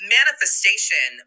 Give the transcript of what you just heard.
manifestation